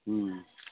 हुँ